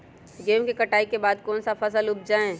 गेंहू के कटाई के बाद कौन सा फसल उप जाए?